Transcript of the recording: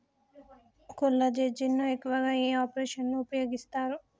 కొల్లాజెజేని ను ఎక్కువగా ఏ ఆపరేషన్లలో ఉపయోగిస్తారు?